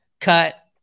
cut